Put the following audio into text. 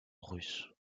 russes